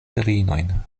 filinojn